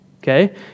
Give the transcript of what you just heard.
okay